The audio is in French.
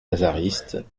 lazaristes